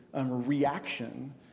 reaction